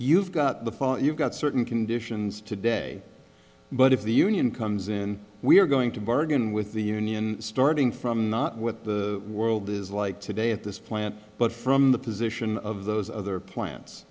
you've got the phone you've got certain conditions today but if the union comes in we are going to bargain with the union starting from not what the world is like today at this plant but from the position of those other plants